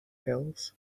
pills